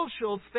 social